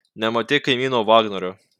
nematei kaimyno vagnorio